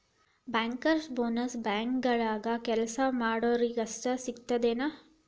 Bankers bonus ಬ್ಯಾಂಕ್ನ್ಯಾಗ್ ಕೆಲ್ಸಾ ಮಾಡೊರಿಗಷ್ಟ ಸಿಗ್ತದೇನ್?